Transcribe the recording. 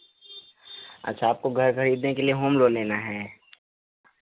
अच्छा आपको घर खरीदने के लिए होम लोन लेना है